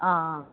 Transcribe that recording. ஆ